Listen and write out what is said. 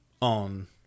on